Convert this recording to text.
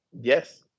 Yes